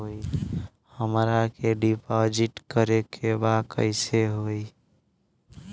हमरा के डिपाजिट करे के बा कईसे होई?